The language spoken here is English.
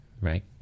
right